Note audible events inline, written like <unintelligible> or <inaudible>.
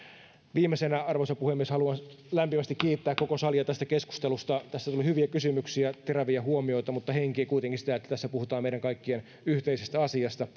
viimeisenä arvoisa puhemies haluan lämpimästi kiittää koko salia tästä keskustelusta tässä tuli hyviä kysymyksiä teräviä huomioita mutta tämä henkii kuitenkin sitä että tässä puhutaan meidän kaikkien yhteisestä asiasta <unintelligible>